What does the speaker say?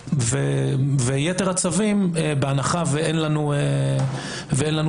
ויתר הצווים בהנחה שאין לנו טלפון